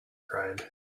cried